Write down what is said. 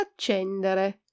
accendere